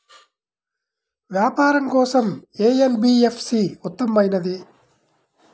వ్యాపారం కోసం ఏ ఎన్.బీ.ఎఫ్.సి ఉత్తమమైనది?